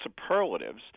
superlatives